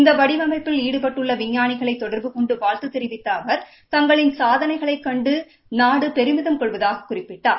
இந்த வடிவமைப்பில் ஈடுபட்டுள்ள விஞ்ஞரிகளை தொடர்பு கொண்டு வாழ்த்து தெரிவித்த அவர் தங்களின் சாதனைகளைக் கண்டு நாடு பெருமிதம கொள்வதாகக் குறிப்பிட்டார்